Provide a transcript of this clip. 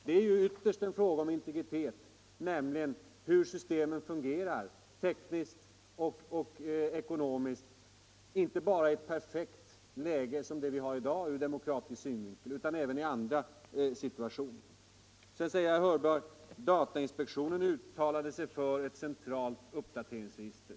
Det är ju ytterst en fråga om integritet, nämligen hur systemet fungerar tekniskt och ekonomiskt, inte bara i ett perfekt läge som det vi har i dag ur demokratisk synvinkel utan även i andra situationer. Herr Hörberg framhåller att datainspektionen uttalade sig för ett centralt uppdateringsregister.